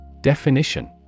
Definition